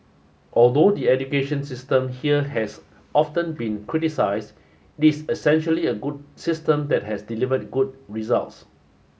although the education system here has often been criticized this essentially a good system that has delivered good results